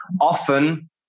often